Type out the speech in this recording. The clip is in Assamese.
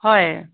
হয়